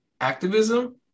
activism